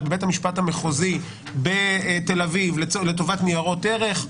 בבית המשפט המחוזי בתל אביב לטובת ניירות ערך,